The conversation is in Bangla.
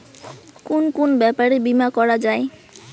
কুন কুন ব্যাপারে বীমা করা যায়?